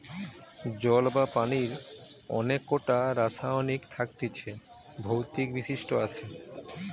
জল বা পানির অনেক কোটা রাসায়নিক থাকতিছে ভৌতিক বৈশিষ্ট আসে